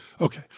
Okay